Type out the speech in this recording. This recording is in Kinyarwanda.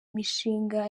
mishinga